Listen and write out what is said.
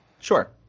Sure